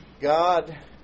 God